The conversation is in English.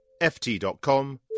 ft.com